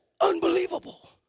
unbelievable